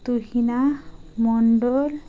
Tuhina Mondal